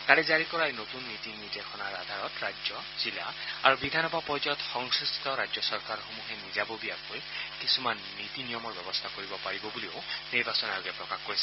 কালি জাৰি কৰা এই নতুন নীতি নিৰ্দেশনাৰ আধাৰত ৰাজ্য জিলা আৰু বিধানসভা পৰ্যয়ত সংশ্লিষ্ট ৰাজ্য চৰকাৰসমূহে নিজাববীয়াকৈ কিছুমান নীতি নিয়মৰ ব্যৱস্থা কৰিব পাৰিব বুলিও নিৰ্বাচন আয়োগে প্ৰকাশ কৰিছে